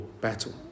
battle